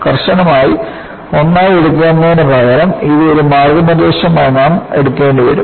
കർശനമായി ഒന്നായി എടുക്കുന്നതിന് പകരം ഇത് ഒരു മാർഗ്ഗനിർദ്ദേശമായി നാം എടുക്കേണ്ടിവരും